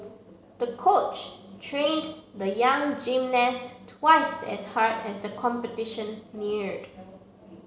the coach trained the young gymnast twice as hard as the competition neared